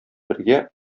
бергә